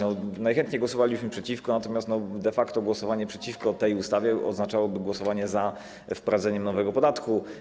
Najchętniej głosowalibyśmy przeciwko, natomiast de facto głosowanie przeciwko tej ustawie oznaczałoby głosowanie za wprowadzeniem nowego podatku.